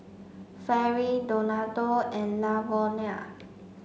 Fairy Donato and Lavonia